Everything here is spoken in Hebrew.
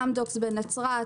אמדוקס בנצרת,